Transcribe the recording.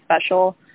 special